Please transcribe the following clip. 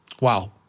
Wow